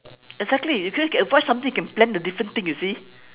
exactly if you can avoid something you can plan a different thing you see